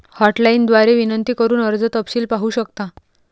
hotline द्वारे विनंती करून कर्ज तपशील पाहू शकता